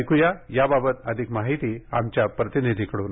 ऐकूया याबाबत अधिक माहिती आमच्या प्रतिनिधीकडून